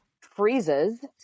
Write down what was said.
freezes